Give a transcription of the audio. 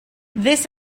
this